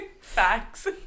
Facts